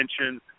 attention –